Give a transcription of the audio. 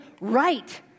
right